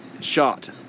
shot